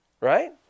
right